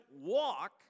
walk